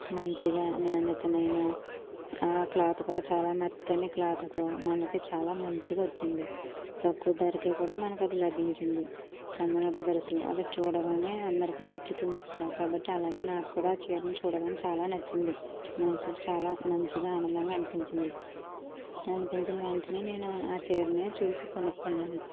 మంచిగా నాణ్యమైన ఆ క్లాత్ కూడా చాలా మెత్తటి క్లాత్తో మనకు చాలా మంచిగా వచ్చింది తక్కువ ధరకు కూడా మనకు అది లభించింది చందన బ్రదర్స్లో అది చూడగానే అందరికి నచ్చుతుంది అక్కడ కాబట్టి అలాగే నాకు కూడా చీరను చూడగానే చాలా నచ్చింది మనస్సుకు చాలా మంచిగా ఆనందంగా అనిపించింది అనిపించిన వెంటనే నేను ఆ చీరను చూసి కొనుక్కున్నాను